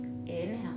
Inhale